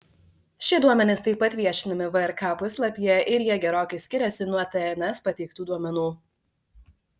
šie duomenys taip pat viešinami vrk puslapyje ir jie gerokai skiriasi nuo tns pateiktų duomenų